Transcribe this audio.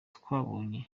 twabonye